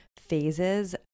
phases